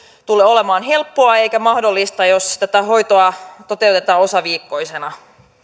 tule olemaan helppoa eikä mahdollista jos tätä hoitoa toteutetaan osaviikkoisena